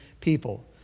people